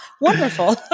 Wonderful